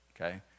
okay